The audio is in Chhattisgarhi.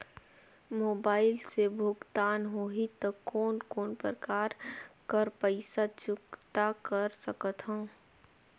मोबाइल से भुगतान होहि त कोन कोन प्रकार कर पईसा चुकता कर सकथव?